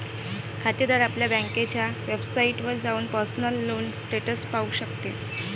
खातेदार आपल्या बँकेच्या वेबसाइटवर जाऊन पर्सनल लोन स्टेटस पाहू शकतो